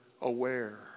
Aware